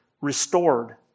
restored